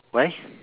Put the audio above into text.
why